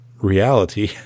reality